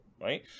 right